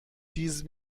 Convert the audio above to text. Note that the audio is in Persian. تیز